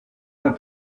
going